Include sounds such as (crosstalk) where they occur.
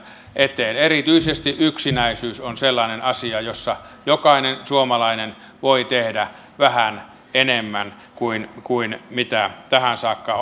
eteen erityisesti yksinäisyys on sellainen asia jossa jokainen suomalainen voi tehdä vähän enemmän kuin kuin mitä tähän saakka (unintelligible)